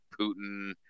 Putin